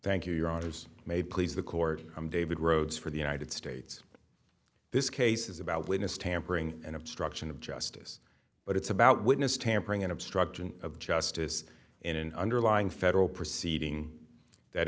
thank you your honors may please the court i'm david rhodes for the united states this case is about witness tampering and obstruction of justice but it's about witness tampering and obstruction of justice in an underlying federal proceeding that